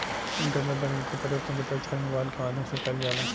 internet banking के परयोग computer चाहे मोबाइल के माध्यम से कईल जाला